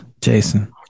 Jason